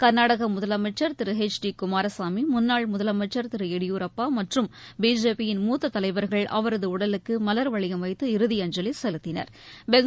கா்நாடகமுதலமைச்சா் திருஎச் டி குமாரசாமி முன்னாள் முதலமைச்சா் திருஎடியூரப்பா மற்றும் பிஜேபி யின் மூத்ததைவர்கள் அவரதுஉடலுக்குமலாவளையம் வைத்து இறுதி அஞ்சலிசெலுத்தினா்